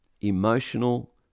emotional